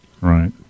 Right